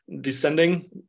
descending